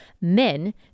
men